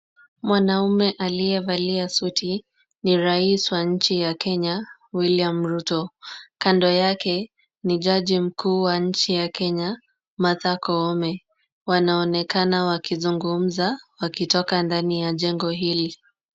Mwanaume aliyevalia suti ni rais wa nchi ya Kenya William Ruto. Kando yake ni jaji mkuu wa nchi ya Kenya Martha Koome. Wanaonekana wakizungumza wakitoka ndani ya jengo hili.